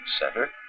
center